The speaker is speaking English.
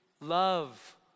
love